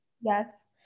yes